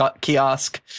kiosk